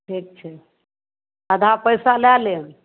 ठीक छै आधा पैसा लए लेब